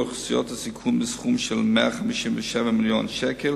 אוכלוסיות הסיכון בסכום של 157 מיליון שקל.